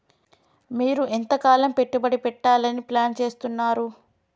మీరు ఎంతకాలం పెట్టుబడి పెట్టాలని ప్లాన్ చేస్తున్నారు?